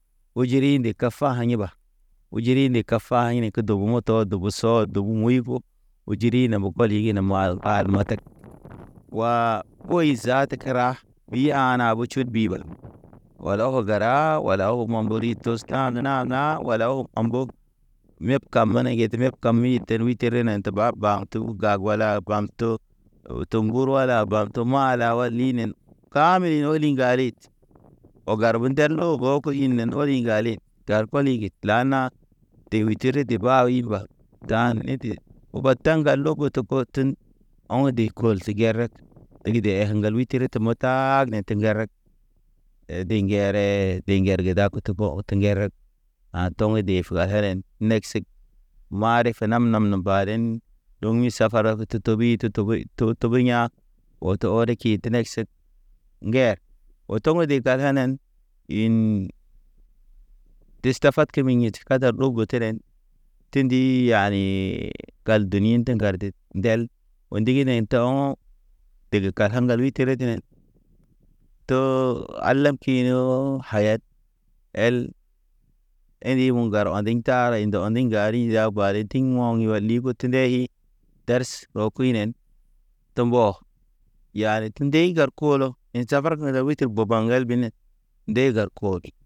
O jiri nde kafa aɲe ba, o jiri nde kafa aɲe ke dobo moto, tɔ dubu sɔ dubu muy ɓo. O jiri ne mogɔli gi ne gwal matak. Wa oyi zaat kəra, ɓi ana ɓo tʃud ɓi ɓal. Wala oko gəra, wala awo ma mburi tus, ɗan-ɗan-ɗan wala awo ambog meb kam menegede, meb kab mi ten wi tere ne te baba. Baŋ tu gag wala bamtu, to ŋgur wala bamtu to mala wa linen. Kami oli ŋgarid o gar bo ndel no bokoy, poy inen oli ŋgalin. Dar kɔliŋged lana, de witire de ba wilba, dan inti, uba taŋga logo to poten. Ɔŋ de kɔl tigered dege de heg ŋgal witire te motaag ne te ŋgereg, de ŋgere, de ŋger ge da kutu ko̰ utu ŋgereg. Ha̰ tɔŋ de fuwa heren, nek sig, mari fe nam- nam ne badən, ɗoŋ ɲi safara to toɓi te toɓey to toɓey ya̰. Oto oreki tenek set, ŋgɛ. Oto di kasanen, in dista fat kemi ɲit kadar dow gotonen, tindi yani, ŋgal dunit ŋgar de. Ndel, o ndigi ne tɔo̰, dege kala ŋgal witere nen too halam kino, hayat. El, ḛndiŋ mo̰ gar ɔndiŋ tar he ɔndiŋ gari ziya pale tiŋ mɔŋ yuwali ɓo tendayi. Darsə rɔ kuy nen, te mbɔ yane te ndey ŋgar kolɔ in tʃafar ke witir boba ŋgal bine. Nde gar kɔd.